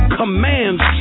commands